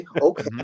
okay